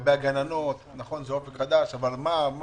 לגבי הגננות, נכון, מדובר ב"אופק חדש", אבל הם